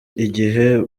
igihe